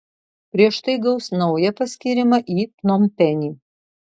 prieš tai gaus naują paskyrimą į pnompenį